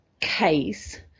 case